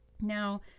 Now